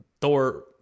Thor